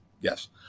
Yes